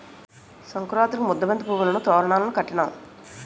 సంకురాతిరికి ముద్దబంతి పువ్వులును తోరణాలును కట్టినాం